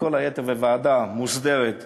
וכל היתר, בוועדה מוסדרת בממשלה.